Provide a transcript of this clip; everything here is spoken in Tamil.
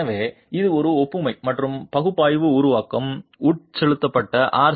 எனவே இது ஒரு ஒப்புமை மற்றும் பகுப்பாய்வு உருவாக்கம் உட்செலுத்தப்பட்ட ஆர்